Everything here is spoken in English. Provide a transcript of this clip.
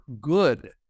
good